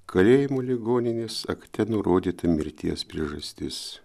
kalėjimo ligoninės akte nurodyti mirties priežastis